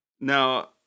Now